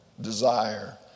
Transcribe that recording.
desire